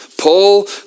Paul